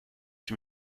sie